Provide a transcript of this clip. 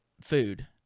food